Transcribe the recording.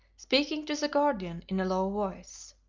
speaking to the guardian in a low voice.